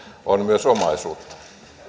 on myös omaisuutta